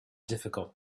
difficult